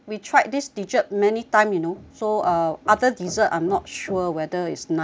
dessert many time you know so uh other dessert I'm not sure whether it's nice or not